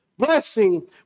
blessing